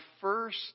first